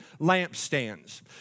lampstands